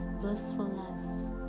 blissfulness